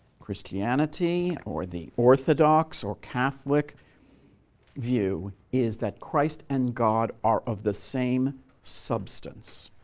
christianity or the orthodox or catholic view is that christ and god are of the same substance.